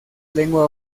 lengua